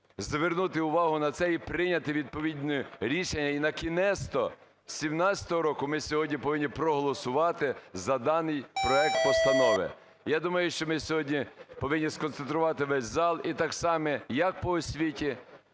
звернути увагу на це і прийняти відповідне рішення і накінець-то з 17-го року ми повинні сьогодні проголосувати за даний проект постанови. Я думаю, що ми сьогодні повинні сконцентрувати весь зал і так само, як по освіті,